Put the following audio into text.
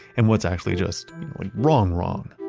and what's actually just wrong-wrong.